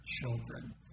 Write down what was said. children